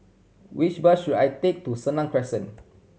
which bus should I take to Senang Crescent